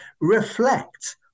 reflect